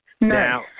now